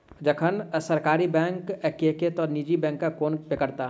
जखन सरकारी बैंक छैके त निजी बैंकक कोन बेगरता?